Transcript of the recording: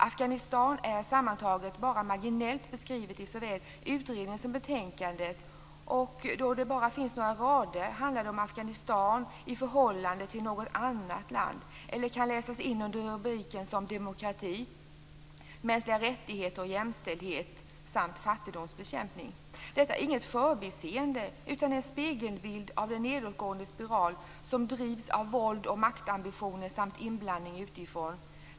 Afghanistan är sammantaget bara marginellt beskrivet i såväl utredning som betänkande, och bara några rader handlar om Afghanistan i förhållande till något annat land eller kan läsas in under rubriker som demokrati, mänskliga rättigheter och jämställdhet samt fattigdomsbekämpning. Detta är inget förbiseende utan en spegelbild av den nedåtgående spiral som drivs av våld och maktambitioner samt av inblandning utifrån.